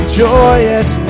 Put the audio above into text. joyous